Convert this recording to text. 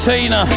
Tina